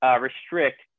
restrict